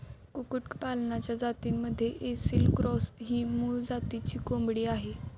कुक्कुटपालनाच्या जातींमध्ये ऐसिल क्रॉस ही मूळ जातीची कोंबडी आहे